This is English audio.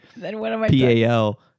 PAL